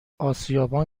اسیابان